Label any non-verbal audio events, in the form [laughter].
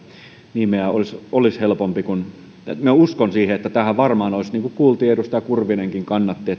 nimeä olisi olisi helpompi kun minä uskon siihen että tähän varmaan olisi saanut enemmänkin niin kuin kuultiin edustaja kurvinenkin kannatti [unintelligible]